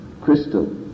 crystal